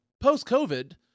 post-COVID